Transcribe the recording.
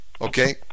Okay